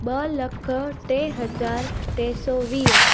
ॿ लख टे हज़ार टे सौ वीह